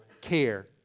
care